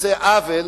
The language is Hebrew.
שעושה עוול,